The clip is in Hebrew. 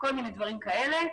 כל מיני דברים כאלה.